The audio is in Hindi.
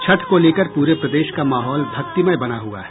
छठ को लेकर पूरे प्रदेश का माहौल भक्तिमय बना हुआ है